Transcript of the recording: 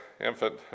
infant